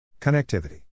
Connectivity